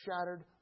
shattered